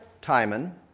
Timon